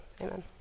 Amen